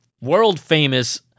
world-famous